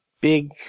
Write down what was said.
big